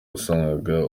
wasangaga